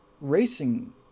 racing